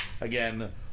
again